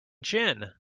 gin